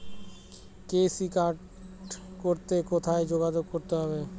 KCC card করতে হলে কোথায় যোগাযোগ করতে হবে?